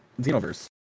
Xenoverse